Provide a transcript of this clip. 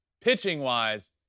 pitching-wise